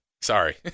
Sorry